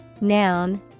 Noun